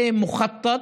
זה מוח'טט,